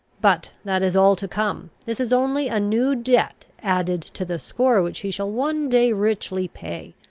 but that is all to come. this is only a new debt added to the score, which he shall one day richly pay.